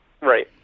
Right